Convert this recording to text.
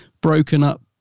broken-up